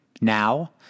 now